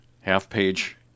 half-page